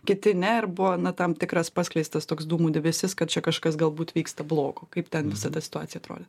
kiti ne ir buvo na tam tikras paskleistas toks dūmų debesis kad čia kažkas galbūt vyksta blogo kaip ten visa ta situacija atrodė